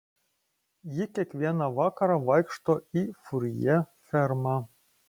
ji kiekvieną vakarą vaikšto į furjė fermą